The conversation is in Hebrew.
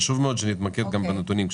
חשוב מאוד שנתמקד בנתונים.